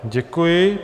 Děkuji.